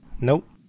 Nope